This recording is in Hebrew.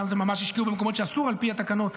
שם ממש השקיעו במקומות שעל פי התקנון,